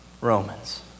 Romans